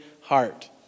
heart